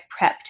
prepped